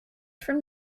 from